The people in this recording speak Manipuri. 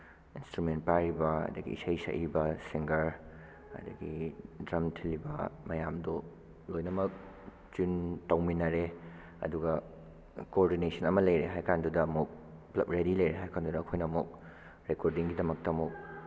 ꯏꯟꯁꯇ꯭ꯔꯨꯃꯦꯟ ꯄꯥꯏꯔꯤꯕ ꯑꯗꯒꯤ ꯏꯁꯩ ꯁꯛꯏꯕ ꯁꯤꯡꯒꯔ ꯑꯗꯒꯤ ꯗ꯭ꯔꯝ ꯊꯤꯜꯂꯤꯕ ꯃꯌꯥꯝꯗꯨ ꯂꯣꯏꯅꯃꯛ ꯆꯤꯟ ꯇꯧꯃꯤꯟꯅꯔꯦ ꯑꯗꯨꯒ ꯀꯣꯔꯗꯤꯅꯦꯁꯟ ꯑꯃ ꯂꯩꯔꯦ ꯍꯥꯏ ꯀꯥꯟꯗꯨꯗ ꯑꯃꯨꯛ ꯄꯨꯂꯞ ꯔꯦꯗꯤ ꯂꯩꯔꯦ ꯍꯥꯏ ꯀꯥꯟꯗꯨꯗ ꯑꯩꯈꯣꯏꯅ ꯑꯃꯨꯛ ꯔꯦꯀꯣꯔꯗꯤꯡꯒꯤꯗꯃꯛꯇ ꯑꯃꯨꯛ